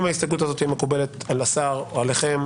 אם ההסתייגות הזאת תהיה מקובלת על השר או עליכם,